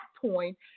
point